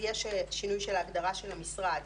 יש שינוי של ההגדרה של המשרד,